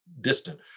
distant